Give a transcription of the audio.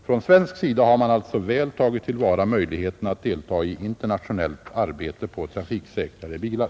Från svensk sida har man alltså väl tagit till vara möjligheterna att delta i internationellt arbete för trafiksäkrare bilar.